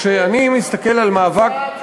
כשאני מסתכל על מאבק,